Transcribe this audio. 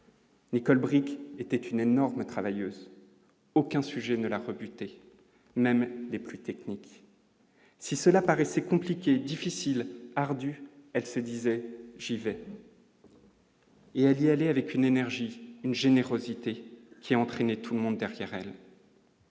Nicole Bricq était une énorme travail, aucun sujet ne la rebute et même les plus techniques, si cela paraissait compliquée, difficile, ardue, elle se disait : j'y vais. Il a dit aller avec une énergie, une générosité qui a entraîné tout le monde derrière elle.